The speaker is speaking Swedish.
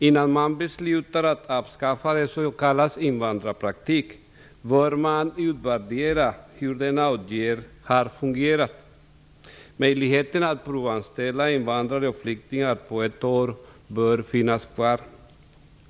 Innan man beslutar att avskaffa s.k. invandrarpraktik bör man utvärdera hur denna åtgärd har fungerat. Möjligheten att provanställa invandrare och flyktingar på ett år bör finnas kvar.